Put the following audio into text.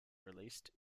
released